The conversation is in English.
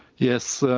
yes,